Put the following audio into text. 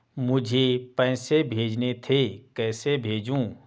मुझे पैसे भेजने थे कैसे भेजूँ?